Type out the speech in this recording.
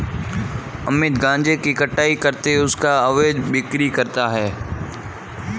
अमित गांजे की कटाई करके उसका अवैध बिक्री करता है